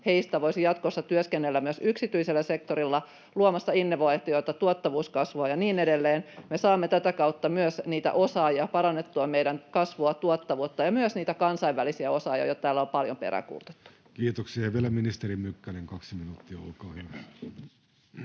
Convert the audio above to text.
heistä voisi jatkossa työskennellä myös yksityisellä sektorilla luomassa innovaatioita, tuottavuuskasvua ja niin edelleen, tällä tavalla me saamme tätä kautta myös niitä osaajia ja parannettua meidän kasvua ja tuottavuutta sekä myös niitä kansainvälisiä osaajia, joita täällä on paljon peräänkuulutettu. Kiitoksia. — Vielä ministeri Mykkänen, kaksi minuuttia, olkaa hyvä.